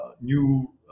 new